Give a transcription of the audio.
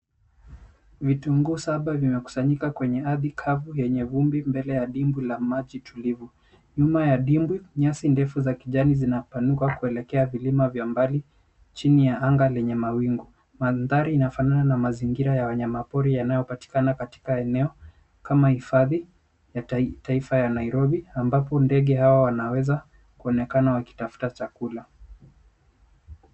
Vitunguu saba vimekusanyika kwenye ardhi kavu yenye vumbi mbele ya dimbwi la maji tulivu. Nyuma ya dimbwi, nyasi ndefu za kijani zinapanuka kuelekea vilima vya mbali chini ya anga lenye mawingu. Mandhari yanafanana na mazingira ya wanyama pori yanayopatikana katika eneo kama hifadhi ya taifa ya Nairobi ambapo ndege hawa wanaweza kuonekana wakitafuta chakula.